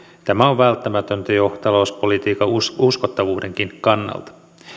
tämä on välttämätöntä jo talouspolitiikan uskottavuudenkin kannalta